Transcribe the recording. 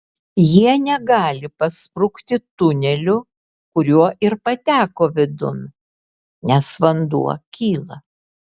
jie negali pasprukti tuneliu kuriuo ir pateko vidun nes vanduo kyla